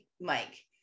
Mike